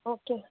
okay